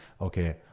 okay